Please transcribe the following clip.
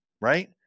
right